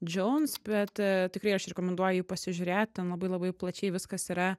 džouns bet tikrai aš rekomenduoju jį pasižiūrėt ten labai labai plačiai viskas yra